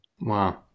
Wow